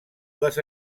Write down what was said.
les